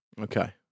Okay